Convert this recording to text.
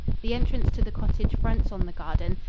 the entrance to the cottage fronts on the garden.